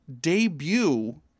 debut